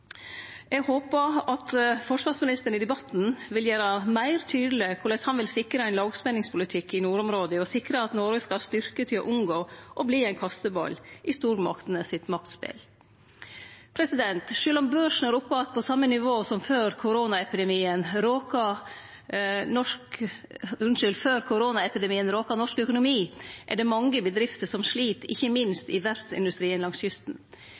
Eg håpar forsvarsministeren i debatten vil gjere det meir tydeleg korleis han vil sikre ein lågspenningspolitikk i nordområda og sikre at Noreg skal ha styrke til å unngå å verte ein kasteball i stormaktene sitt maktspel. Sjølv om børsen er oppe att på same nivå som før koronaepidemien råka norsk økonomi, er det mange bedrifter som slit, ikkje minst i verftsindustrien langs kysten.